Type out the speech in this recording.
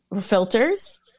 Filters